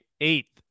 eighth